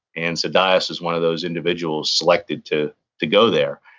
and so dyess was one of those individuals selected to to go there.